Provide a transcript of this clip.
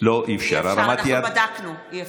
בהרמת יד, אדוני, בעד או נגד.